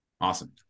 Awesome